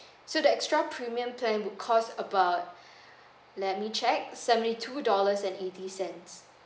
so the extra premium plan would cost about let me check seventy two dollars and eighty cents